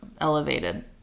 elevated